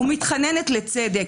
ומתחננת לצדק.